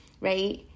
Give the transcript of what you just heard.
right